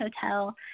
Hotel